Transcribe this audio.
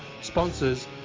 sponsors